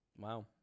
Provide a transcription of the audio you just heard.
Wow